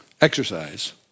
exercise